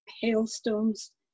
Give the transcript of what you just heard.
hailstones